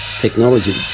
technology